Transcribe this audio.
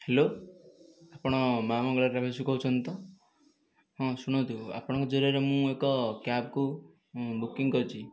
hello ଆପଣ ମା' Mangala travels ରୁ କହୁଛନ୍ତି ତ ହଁ ଶୁଣନ୍ତୁ ଆପଣଙ୍କ ଜରିଆରେ ମୁଁ ଏକ କ୍ୟାବକୁ ବୁକିଂ କରିଛି